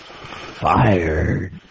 Fired